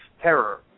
terror